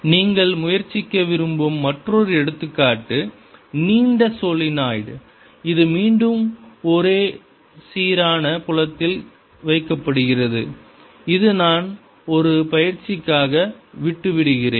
நீங்கள் முயற்சிக்க விரும்பும் மற்றொரு எடுத்துக்காட்டு நீண்ட சோலனாய்டு இது மீண்டும் ஒரு சீரான புலத்தில் வைக்கப்படுகிறது இது நான் ஒரு பயிற்சிக்காக விட்டு விடுகிறேன்